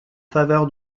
faveur